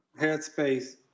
headspace